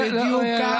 זה בדיוק כך.